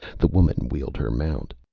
the woman wheeled her mount.